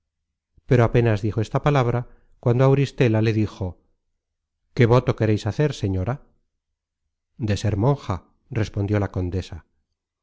pero apenas dijo esta palabra cuando auristela le dijo qué voto quereis hacer señora de ser monja respondió la condesa